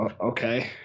okay